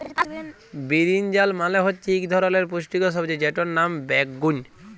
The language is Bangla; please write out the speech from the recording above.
বিরিনজাল মালে হচ্যে ইক ধরলের পুষ্টিকর সবজি যেটর লাম বাগ্যুন